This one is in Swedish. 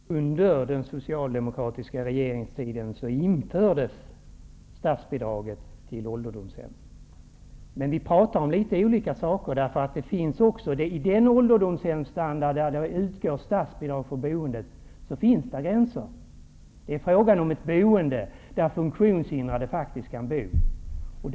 Herr talman! Under den socialdemokratiska regeringstiden infördes statsbidraget till ålderdomshem. Vi pratar om litet olika saker. I den ålderdomshemsstandard där det utgår statsbidrag för boendet finns det gränser. Det är fråga om ett boende där funktionshindrade faktiskt kan bo kvar.